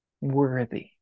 worthy